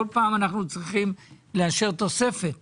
כל פעם אנחנו צריכים לאשר תוספת למה?